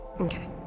Okay